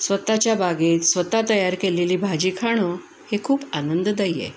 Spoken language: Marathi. स्वताच्या बागेत स्वता तयार केलेली भाजी खाणं हे खूप आनंददायी आहे